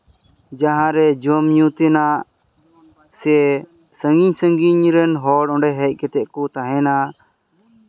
ᱡᱟᱦᱟᱸ ᱨᱮ ᱡᱚᱢᱼᱧᱩ ᱛᱮᱱᱟᱜ ᱥᱮ ᱥᱟᱺᱜᱤᱧ ᱥᱟᱺᱜᱤᱧ ᱨᱮᱱ ᱦᱚᱲ ᱚᱸᱰᱮ ᱦᱮᱡ ᱠᱟᱛᱮᱫ ᱠᱚ ᱛᱟᱦᱮᱱᱟ